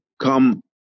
come